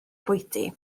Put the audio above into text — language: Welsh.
bwyty